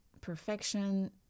perfection